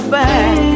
back